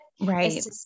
right